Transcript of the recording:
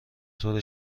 طور